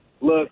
look